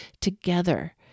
together